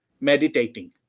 meditating